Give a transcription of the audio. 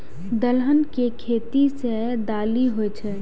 दलहन के खेती सं दालि होइ छै